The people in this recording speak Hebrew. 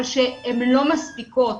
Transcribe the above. אבל הן לא מספיקות.